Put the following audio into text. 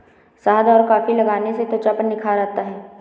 शहद और कॉफी लगाने से त्वचा पर निखार आता है